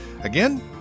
Again